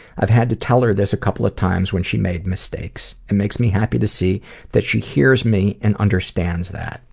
i've had to tell her this a couple of times when she made mistakes. it makes me happy to see that she hears me and understands that.